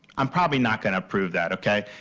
i'm probably not going to approve that, okay.